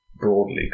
broadly